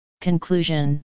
Conclusion